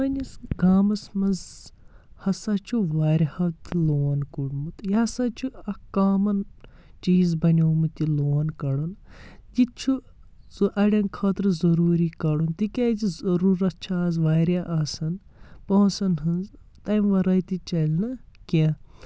سٲنِس گامَس منٛز ہَسا چھُ واریاہ لون کوٚڑمُت یہِ ہَسا چھُ اکھ کامَن چیٖز بنیومُت یہِ لون کَڑُن یہِ تہِ چھُ سُہ اَڑؠن خٲطرٕ ضٔروٗری کَڑُن تِکیازِ ضٔروٗرتھ چھِ آز واریاہ آسَن پونٛسَن ہٕنٛز تَمہِ وَرٲے تہِ چَلہِ نہٕ کینٛہہ